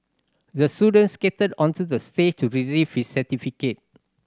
the student skated onto the stage to receive his certificate